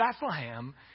Bethlehem